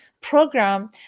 program